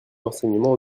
l’enseignement